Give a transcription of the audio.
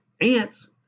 ants